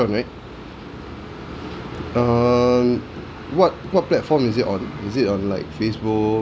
~ant right um what what platform is it on is it on like Facebook